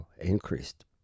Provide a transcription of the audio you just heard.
increased